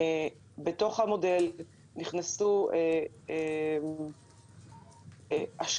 בתוך המודל נכנסו גם השקעות